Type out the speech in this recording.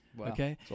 Okay